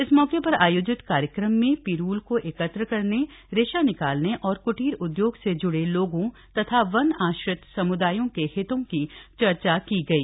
इस मौके पर आयोजित कार्यक्रम में पिरूल को एकत्र करने रेशा निकालने और कुटीर उद्योग से जुड़े लोगों तथा वन आश्रित सम्दायों के हितों की चर्चा की गई